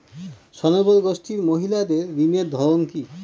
স্বনির্ভর গোষ্ঠীর মহিলাদের ঋণের ধরন কি?